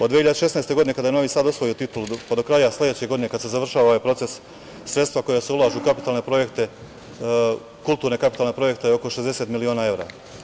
Od 2016. godine kada je Novi Sad osvojio titulu, pa do kraja sledeće godine kada se završava ovaj proces, sredstva koja se ulažu u kapitalne projekte, kulturne kapitalne projekte je oko 60 miliona evra.